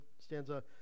stanza